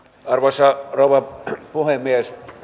arvoisa rouva puhemies